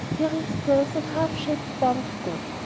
bearing still some half-shaped form of good,